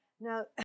Now